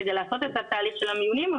כדי לעשות את התהליך של המיונים,